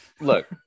look